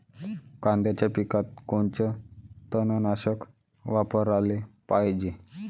कांद्याच्या पिकात कोनचं तननाशक वापराले पायजे?